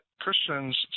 Christians